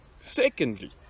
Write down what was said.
Secondly